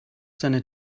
seine